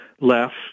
left